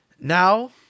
Now